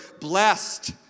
blessed